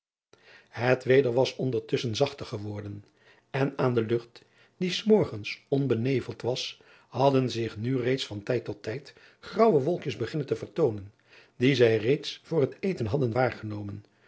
et weder was ondertusschen zachter geworden en aan de lucht die s morgens onbeneveld was hadden zich nu reeds van tijd tot tijd graauwe wolkjes driaan oosjes zn et leven van aurits ijnslager beginnen te vertoonen die zij reeds voor het eten hadden waargenomen